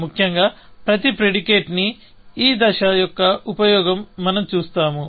ముఖ్యంగా ప్రతి ప్రెడికేట్నీ ఈ దశ యొక్క ఉపయోగం మనం చూస్తాము